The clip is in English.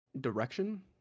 direction